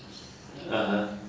(uh huh)